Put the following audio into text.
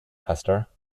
esther